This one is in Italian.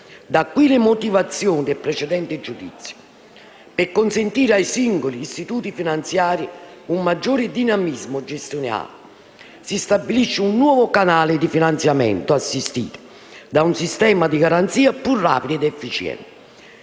Da qui le motivazioni del precedente giudizio. Per consentire ai singoli istituti finanziari un maggior dinamismo gestionale, si stabilisce un nuovo canale di finanziamento, assistito da un sistema di garanzie più rapido ed efficiente.